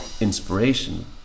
inspiration